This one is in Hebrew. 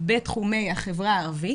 בתחומי החברה הערבית,